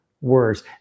words